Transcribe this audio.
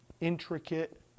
intricate